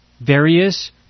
various